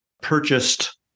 purchased